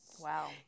Wow